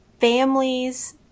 families